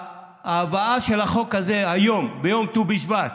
ההבאה של החוק הזה היום ביום ט"ו בשבט,